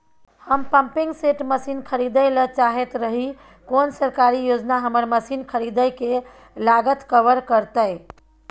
हम pumping set machine खरीदैय ल चाहैत रही कोन सरकारी योजना हमर मसीन खरीदय के लागत कवर करतय?